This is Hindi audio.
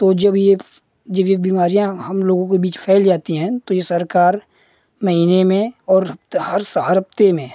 तो जब ये जब ये बीमारियाँ हम लोगों के बीच फैल जाती हैं तो ये सरकार महीने में और हर स हर हफ़्ते में